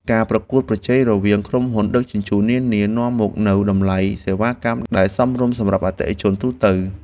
ការប្រកួតប្រជែងរវាងក្រុមហ៊ុនដឹកជញ្ជូននានានាំមកនូវតម្លៃសេវាកម្មដែលសមរម្យសម្រាប់អតិថិជនទូទៅ។